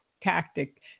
tactic